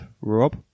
Rob